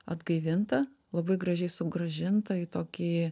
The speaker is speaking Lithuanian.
atgaivinta labai gražiai sugrąžinta į tokį